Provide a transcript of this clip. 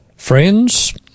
Friends